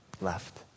left